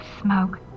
smoke